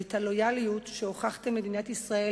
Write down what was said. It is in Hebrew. ואת הלויאליות שהוכחתם למדינת ישראל,